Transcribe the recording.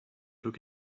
took